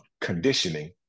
conditioning